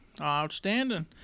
Outstanding